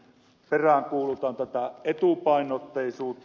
peräänkuulutan tätä etupainotteisuutta